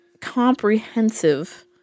comprehensive